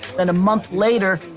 then a month later,